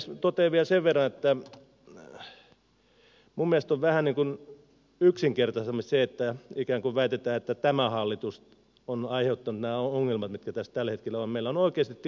totean vielä sen verran että minun mielestäni on vähän niin kuin yksinkertaistamista se että ikään kuin väitetään että tämä hallitus on aiheuttanut nämä ongelmat mitkä tässä tällä hetkellä ovat